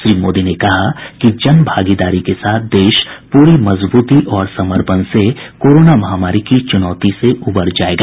श्री मोदी ने कहा कि जनभागीदारी के साथ देश पूरी मजबूती और समर्पण से कोरोना महामारी की चुनौती से उबर जाएगा